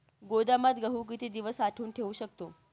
गोदामात गहू किती दिवस साठवून ठेवू शकतो?